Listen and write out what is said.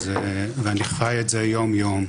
ואני חי את זה יום-יום,